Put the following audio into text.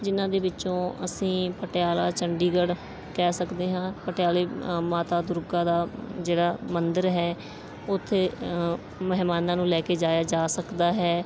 ਜਿਹਨਾਂ ਦੇ ਵਿੱਚੋਂ ਅਸੀਂ ਪਟਿਆਲਾ ਚੰਡੀਗੜ੍ਹ ਕਹਿ ਸਕਦੇ ਹਾਂ ਪਟਿਆਲੇ ਮਾਤਾ ਦੁਰਗਾ ਦਾ ਜਿਹੜਾ ਮੰਦਰ ਹੈ ਉੱਥੇ ਮਹਿਮਾਨਾਂ ਨੂੰ ਲੈ ਕੇ ਜਾਇਆ ਜਾ ਸਕਦਾ ਹੈ